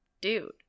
Dude